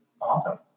Awesome